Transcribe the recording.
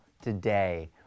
today